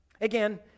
again